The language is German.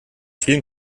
vielen